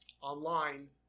online